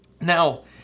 Now